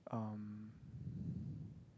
um